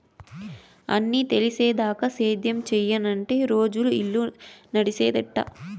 అన్నీ తెలిసేదాకా సేద్యం సెయ్యనంటే రోజులు, ఇల్లు నడిసేదెట్టా